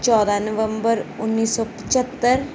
ਚੌਦ੍ਹਾਂ ਨਵੰਬਰ ਉੱਨੀ ਸੌ ਪੰਝੱਤਰ